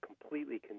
completely